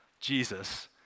Jesus